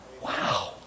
Wow